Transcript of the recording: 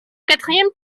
quatrième